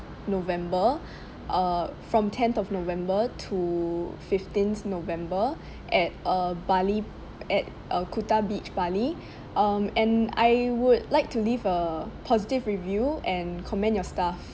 november uh from tenth of november to fifteenth november at uh bali at uh kuta beach bali um and I would like to leave a positive review and commend your staff